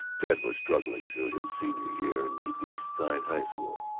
ted was struggling through his senior year in the east side high school.